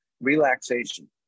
relaxation